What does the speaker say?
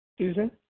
Susan